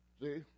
See